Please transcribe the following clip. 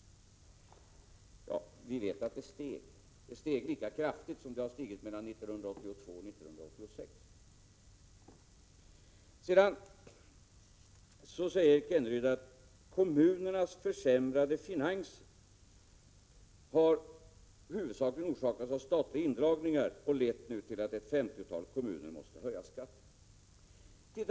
Ja, vi vet att det steg. Det steg lika kraftigt som det har stigit mellan 1982 och 1986. Kenneryd säger att kommunernas försämrade finanser har huvudsakligen orsakats av statliga indragningar som har lett till att ett 50-tal kommuner måste höja skatten.